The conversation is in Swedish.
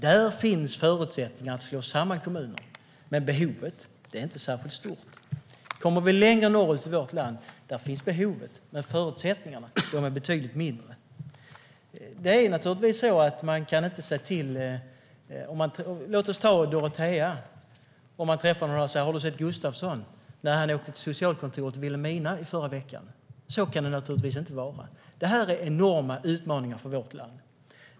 Där finns förutsättningar att slå samman kommuner, men behovet är inte särskilt stort. Längre norrut i vårt land finns behovet, men förutsättningarna är betydligt mindre. Låt oss ta Dorotea. Det kan naturligtvis inte vara så att man, när man träffar några och frågar om de har sett Gustavsson, får svaret: Nej, han åkte till socialkontoret i Vilhelmina i förra veckan. Det här är enorma utmaningar för vårt land.